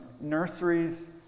nurseries